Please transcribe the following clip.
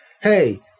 Hey